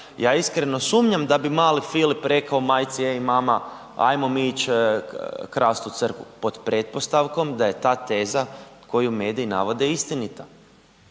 Ja iskreno sumnjam da bi mali Filip rekao majci, ej mama ajmo mi ići krast u crkvu, pod pretpostavkom da je ta teza koju mediji navode istinita.